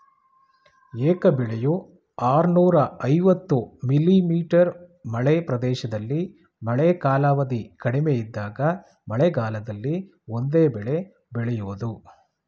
ಏಕ ಬೆಳೆಯು ಆರ್ನೂರ ಐವತ್ತು ಮಿ.ಮೀ ಮಳೆ ಪ್ರದೇಶದಲ್ಲಿ ಮಳೆ ಕಾಲಾವಧಿ ಕಡಿಮೆ ಇದ್ದಾಗ ಮಳೆಗಾಲದಲ್ಲಿ ಒಂದೇ ಬೆಳೆ ಬೆಳೆಯೋದು